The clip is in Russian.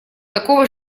такого